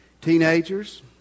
teenagers